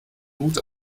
hut